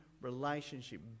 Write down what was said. relationship